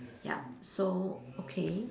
yup so okay